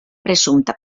presumpta